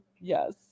Yes